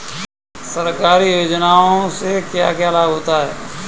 सरकारी योजनाओं से क्या क्या लाभ होता है?